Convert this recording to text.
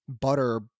butter